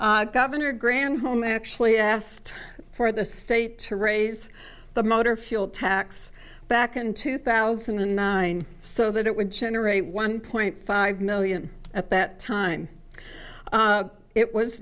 governor granholm actually asked for the state to raise the motor fuel tax back in two thousand and nine so that it would generate one point five million at that time it was